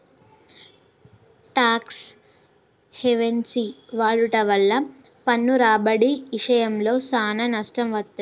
talks హెవెన్సి వాడుట వల్ల పన్ను రాబడి ఇశయంలో సానా నష్టం వత్తది